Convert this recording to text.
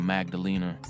Magdalena